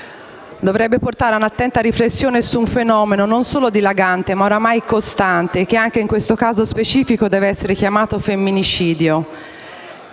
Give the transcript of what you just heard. dovrebbe portare a un'attenta riflessione su un fenomeno non solo dilagante ma oramai costante, che anche in questo caso specifico dev'essere chiamato femminicidio.